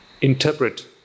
interpret